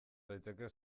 daiteke